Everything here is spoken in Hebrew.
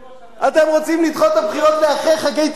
אתם רוצים לדחות את הבחירות לאחרי חגי תשרי,